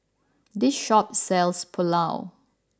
this shop sells Pulao